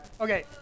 Okay